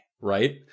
right